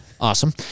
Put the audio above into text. Awesome